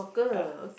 ya